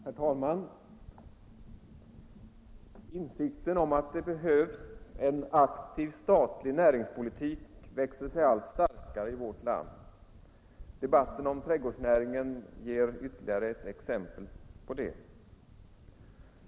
Herr talman! Insikten om att det behövs en aktiv statlig näringspolitik växer sig allt starkare i vårt land. Debatten om trädgårdsnäringen är ytterligare ett exempel på det.